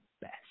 best